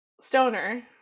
stoner